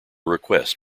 request